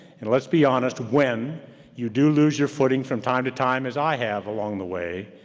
and let's be honest when you do lose your footing from time to time as i have along the way,